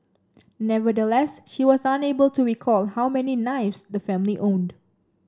nevertheless she was unable to recall how many knives the family owned